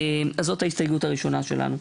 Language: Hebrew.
זאת ההסתייגות הראשונה שלנו.